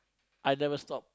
I never stop